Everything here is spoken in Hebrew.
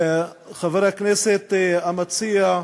חבר הכנסת המציע,